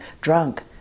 drunk